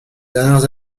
dernières